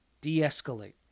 De-escalate